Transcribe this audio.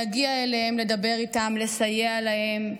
להגיע אליהם, לדבר איתם, לסייע להם.